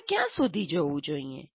મારે ક્યાં સુધી જવું જોઈએ